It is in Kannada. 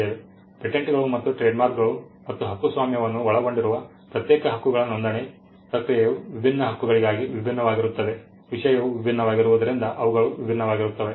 ಪೇಟೆಂಟ್ಗಳು ಮತ್ತು ಟ್ರೇಡ್ಮಾರ್ಕ್ಗಳು ಮತ್ತು ಹಕ್ಕುಸ್ವಾಮ್ಯವನ್ನು ಒಳಗೊಂಡಿರುವ ಪ್ರತ್ಯೇಕ ಹಕ್ಕುಗಳ ನೋಂದಣಿ ಪ್ರಕ್ರಿಯೆಯು ವಿಭಿನ್ನ ಹಕ್ಕುಗಳಿಗಾಗಿ ವಿಭಿನ್ನವಾಗಿರುತ್ತದೆ ವಿಷಯವು ವಿಭಿನ್ನವಾಗಿರುವುದರಿಂದ ಅವುಗಳು ವಿಭಿನ್ನವಾಗಿರುತ್ತವೆ